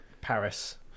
Paris